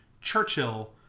Churchill